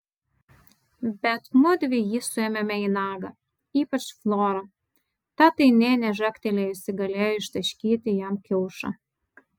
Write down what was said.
bet mudvi jį suėmėme į nagą ypač flora ta tai nė nežagtelėjusi galėjo ištaškyti jam kiaušą